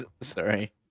Sorry